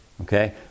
Okay